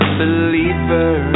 believer